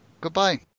Goodbye